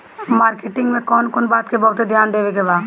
Marketing मे कौन कौन बात के बहुत ध्यान देवे के बा?